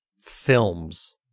films